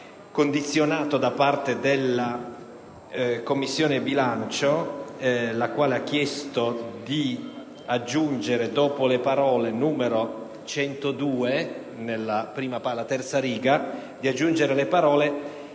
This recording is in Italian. condizionato da parte della Commissione bilancio, la quale ha chiesto di aggiungere, dopo le parole «n. 102», le parole: